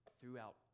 throughout